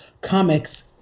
comics